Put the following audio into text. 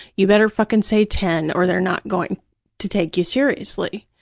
you better fucking say ten or they're not going to take you seriously.